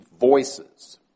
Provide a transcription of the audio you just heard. voices